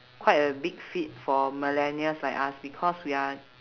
quite a big feat for millennials like us because we're